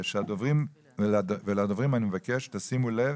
ולדוברים, אני מבקש, שימו לב